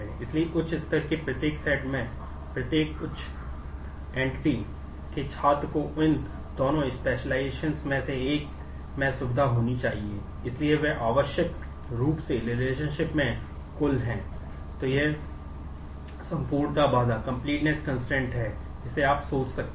इसलिए वे आवश्यक रूप से रिलेशनशिप है जिसे आप सोच सकते हैं